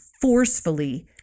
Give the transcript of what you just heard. forcefully